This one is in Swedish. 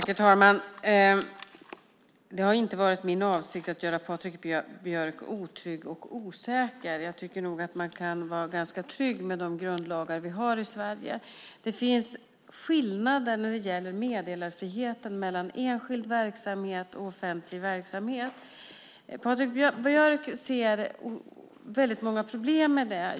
Herr talman! Det har inte varit min avsikt att göra Patrik Björck otrygg och osäker. Jag tycker att man kan vara ganska trygg med de grundlagar som vi har i Sverige. Det finns skillnader när det gäller meddelarfriheten mellan enskild verksamhet och offentlig verksamhet. Patrik Björck ser väldigt många problem med det.